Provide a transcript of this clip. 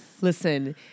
Listen